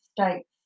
States